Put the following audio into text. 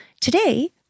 Today